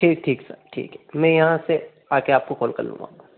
ठीक ठीक सर ठीक है मैं यहाँ से आ कर आपको कॉल कर लूँगा वहाँ पर